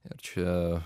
ir čia